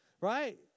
right